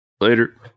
later